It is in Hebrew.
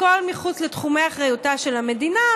הכול מחוץ לתחומי אחריותה של המדינה,